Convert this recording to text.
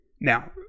Now